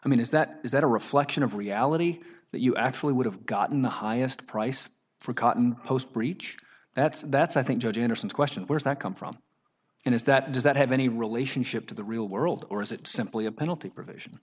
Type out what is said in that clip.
i mean is that is that a reflection of reality that you actually would have gotten the highest price for cotton post breach that's that's i think so generous and question where is that come from and is that does that have any relationship to the real world or is it simply a penalty provision